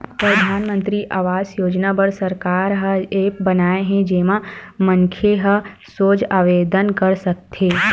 परधानमंतरी आवास योजना बर सरकार ह ऐप बनाए हे जेमा मनखे ह सोझ आवेदन कर सकत हे